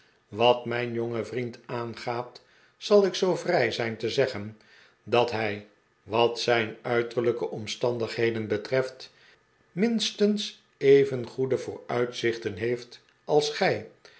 wat mijn jongen vriend aangaat zal ik zoo vrij zijn te zeggen dat hij wat zijn uiterlijke omstandigheden betreft minstens even goede vooruitzichten heeft als gij